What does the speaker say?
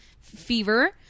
fever